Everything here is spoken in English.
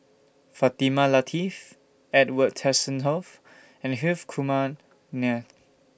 Fatimah Lateef Edwin Tessensohn and Hrif Kumar Nair